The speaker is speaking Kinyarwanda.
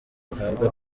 ahabwa